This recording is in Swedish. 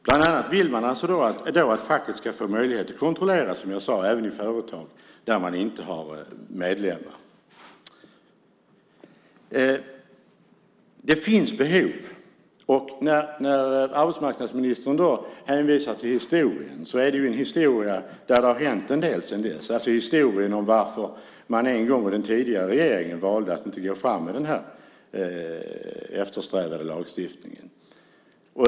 Bland annat vill de, som jag sade, att facket ska få möjlighet att även kontrollera företag där de inte har medlemmar. Det finns behov. Arbetsmarknadsministern hänvisar till historien, alltså historien om varför den tidigare regeringen en gång i tiden valde att inte gå fram med den eftersträvade lagstiftningen.